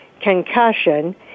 Concussion